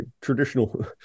traditional